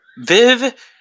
Viv